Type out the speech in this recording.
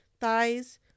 thighs